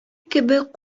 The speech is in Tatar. кебек